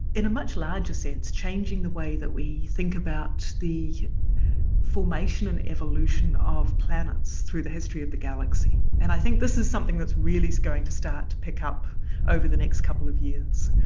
in a much larger sense, changing the way that we think about the formation and evolution of planets through the history of the galaxy. and i think this is something that's really going to start to pick up over the next couple of years,